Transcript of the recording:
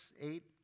eight